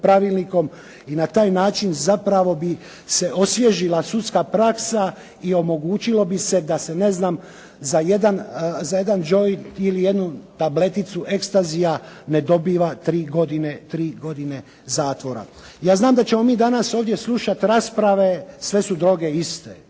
i na taj način zapravo bi se osvježila sudska praksa i omogućilo bi se da se za jedan "Joint" ili jednu tableticu "Ecstasya" ne dobiva tri godine zatvora. Ja znam da ćemo mi ovdje danas slušati rasprave sve su droge iste.